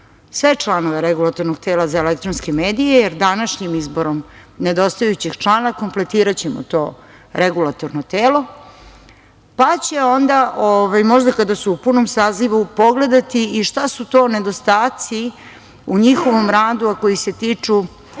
sve članove regulatornog tela za elektronske medije, jer današnjim izborom, nedostajućeg člana, kompletiraćemo to regulatorno telo, pa će onda možda kada su u punom sazivu pogledati i šta su to nedostaci u njihovom radu, a koji se tiču,